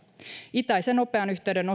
itäisen nopean yhteyden